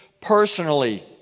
personally